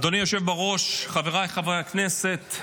אדוני היושב בראש, חבריי חברי הכנסת,